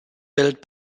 built